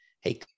Hey